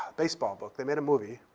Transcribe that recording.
baseball book. they made a movie.